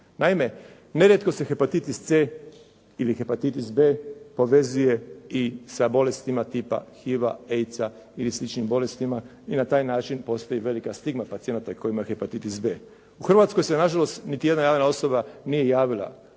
Naime, nerijetko se hepatitis c ili hepatitis b povezuje i sa bolestima tipa HIV-a, AIDS-a ili sličnim bolestima i na taj način postoji velika stigma pacijenata koji imaju hepatitis b. U Hrvatskoj se nažalost niti jedna javna osoba nije javila